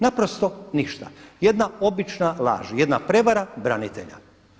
Naprosto ništa, jedna obična laž, jedna prevara branitelja.